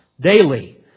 daily